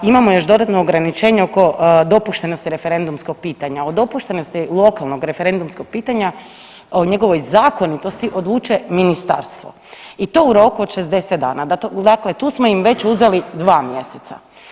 Imamo još dodatno ograničenje oko dopuštenosti referendumskog pitanja, o dopuštenosti lokalnog referendumskog pitanja, o njegovoj zakonitosti odlučuje ministarstvo i to u roku od 60 dana, dakle tu smo im već uzeli dva mjeseca.